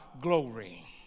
glory